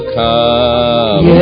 come